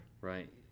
Right